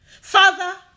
Father